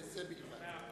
ובזה בלבד.